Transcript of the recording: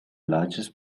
largest